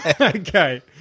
Okay